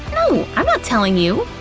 no! i'm not telling you!